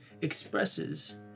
expresses